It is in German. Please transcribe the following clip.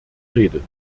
redet